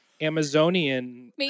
Amazonian